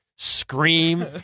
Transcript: scream